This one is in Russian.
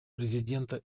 президента